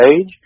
age